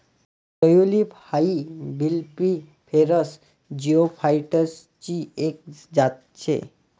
tulip हाई bulbiferous जिओफाइटसची एक जात शे